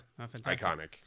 iconic